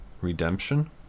Redemption